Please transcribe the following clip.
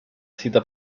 cita